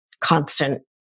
constant